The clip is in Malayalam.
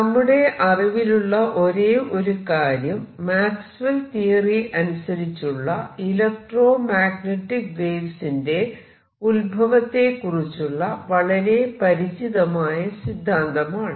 നമ്മുടെ അറിവിലുള്ള ഒരേ ഒരു കാര്യം മാക്സ്വെൽ തിയറി അനുസരിച്ചുള്ള ഇലക്ട്രോ മാഗ്നെറ്റിക് വേവ്സിന്റെ ഉത്ഭവത്തെ കുറിച്ചുള്ള വളരെ പരിചിതമായ സിദ്ധാന്തമാണ്